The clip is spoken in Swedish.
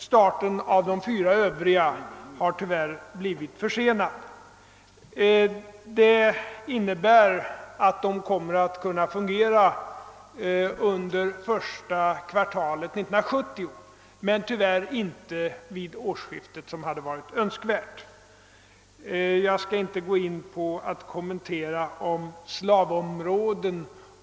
Starten av de fyra övriga har tyvärr blivit försenad, vilket innebär att de inte kommer att kunna fungera förrän under första kvartalet 1970 och inte såsom hade varit önskvärt vid årsskiftet. Sedan skall jag inte kommentera talet här om slavområden.